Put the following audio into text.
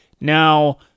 Now